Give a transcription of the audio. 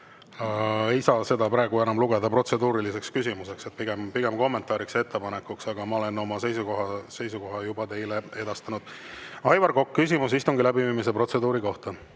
ei saa seda praegu enam protseduuriliseks küsimuseks lugeda, pigem kommentaariks ja ettepanekuks, aga ma olen oma seisukoha teile juba edastanud. Aivar Kokk, küsimus istungi läbiviimise protseduuri kohta.